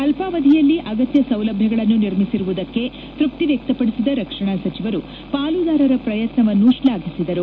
ಅಲ್ಪಾವಧಿಯಲ್ಲಿ ಅಗತ್ಯ ಸೌಲಭ್ಯಗಳನ್ನು ನಿರ್ಮಿಸಿರುವುದಕ್ಕೆ ತೃಪ್ತಿವ್ಯಕ್ತಪದಿಸಿದ ರಕ್ಷಣಾ ಸಚಿವರು ಪಾಲುದಾರರ ಪ್ರಯತ್ನವನ್ನು ಶ್ಲಾಘಿಸಿದರು